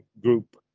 group